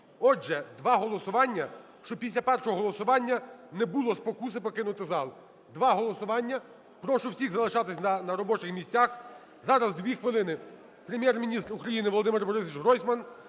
Отже, два голосування, щоб після першого голосування не було спокуси покинути зал. Два голосування. Прошу всіх залишатись на робочих місцях. Зараз 2 хвилини Прем'єр-міністр України Володимир Борисович Гройсман